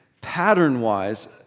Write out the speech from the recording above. pattern-wise